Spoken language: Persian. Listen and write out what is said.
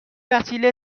وسیله